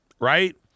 right